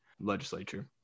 legislature